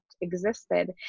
existed